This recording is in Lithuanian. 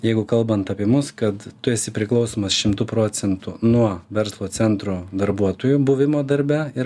jeigu kalbant apie mus kad tu esi priklausomas šimtu procentų nuo verslo centro darbuotojų buvimo darbe ir